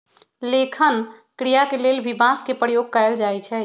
लेखन क्रिया के लेल भी बांस के प्रयोग कैल जाई छई